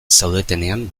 zaudetenean